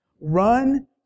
Run